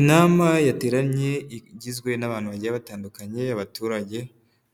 Inama yateranye igizwe n'abantu bagiye batandukanye abaturage,